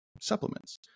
supplements